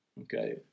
okay